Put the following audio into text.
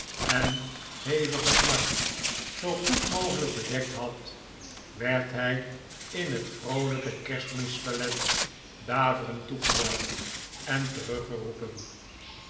en hevige smart zoo goed mogelijk bedekt had werd hij in het vroolijke kerstmis ballet daverend toegejuicht en